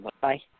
bye